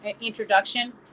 introduction